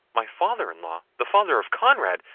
my father-in-law! the father of conrad!